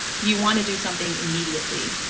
you want to do something immediately